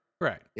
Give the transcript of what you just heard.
Right